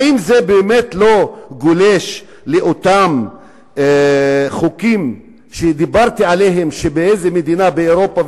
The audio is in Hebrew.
האם זה באמת לא גולש לאותם חוקים שדיברתי עליהם של איזו מדינה באירופה?